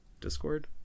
Discord